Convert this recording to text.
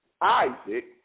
Isaac